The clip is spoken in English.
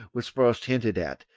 was first hinted at,